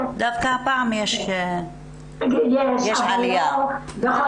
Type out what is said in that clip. דווקא עכשיו יש עלייה במספרן, 24